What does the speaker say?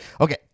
Okay